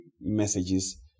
messages